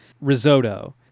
Risotto